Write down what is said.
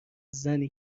زنی